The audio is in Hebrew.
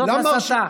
זאת הסתה.